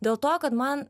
dėl to kad man